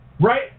Right